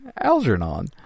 Algernon